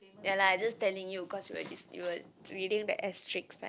ya lah i just telling you cause you were dis~ you were reading the Straits Times